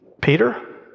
Peter